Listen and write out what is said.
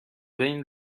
بین